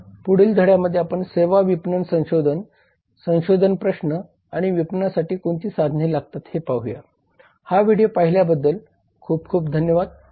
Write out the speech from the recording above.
तर पुढील धड्यामध्ये आपण सेवा विपणन संशोधन संशोधन प्रश्न आणि विपणनासाठी कोणती साधने लागतात हे पाहूया हा व्हिडीओ पाहिल्याबद्दल खूप खूप धन्यवाद